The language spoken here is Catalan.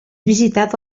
visitat